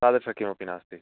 तादृशः किमपि नास्ति